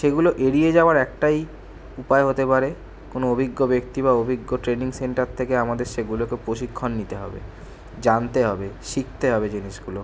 সেগুলো এড়িয়ে যাওয়ার একটাই উপায় হতে পারে কোনো অভিজ্ঞ ব্যক্তি বা অভিজ্ঞ ট্রেনিং সেন্টার থেকে আমাদের সেগুলোকে প্রশিক্ষণ নিতে হবে জানতে হবে শিখতে হবে জিনিসগুলো